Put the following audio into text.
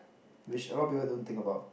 which a lot of people don't think about